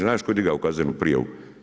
Znaš tko je digao kaznenu prijavu?